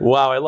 Wow